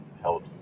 held